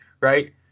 Right